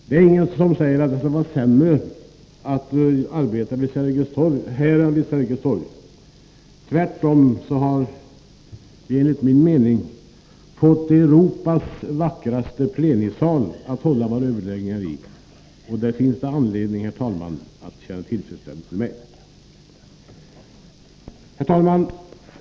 Det är inget som säger att det skulle vara sämre att arbeta här än vid Sergels torg. Tvärtom har vi, enligt min mening, fått Europas vackraste plenisal att hålla våra överläggningar i, och det finns det anledning att känna tillfredsställelse över. Herr talman!